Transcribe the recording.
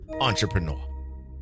Entrepreneur